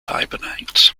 hibernate